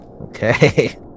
Okay